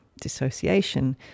dissociation